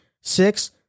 Six